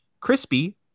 crispy